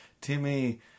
timmy